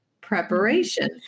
preparation